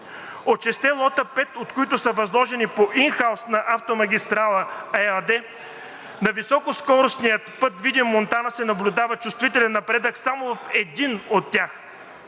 шестте лота, пет от които са възложени по ин хаус на „Автомагистрали“ ЕАД, на високоскоростния път Видин – Монтана се наблюдава чувствителен напредък само в един от тях